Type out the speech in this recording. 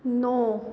नौ